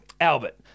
Albert